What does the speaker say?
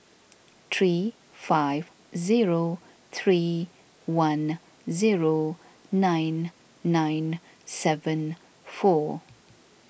three five zero three one zero nine nine seven four